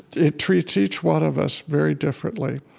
it treats each one of us very differently.